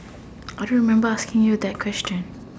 I don't remember asking you that question